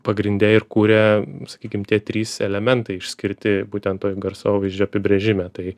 pagrinde ir kuria sakykim tie trys elementai išskirti būtent toj garsovaizdžio apibrėžime tai